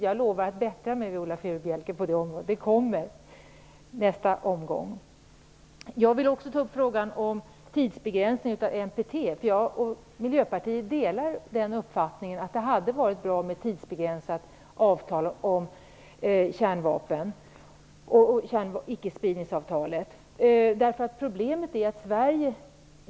Jag lovar att bättra mig på detta område, Viola Jag vill också ta upp frågan om tidsbegränsning av NPT. Jag och Miljöpartiet delar uppfattningen att det hade varit bra med ett tidsbegränsat avtal om ickespridning av kärnvapen.